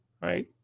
right